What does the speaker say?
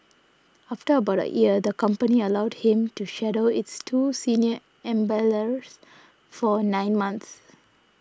after about a year the company allowed him to shadow its two senior embalmers for nine months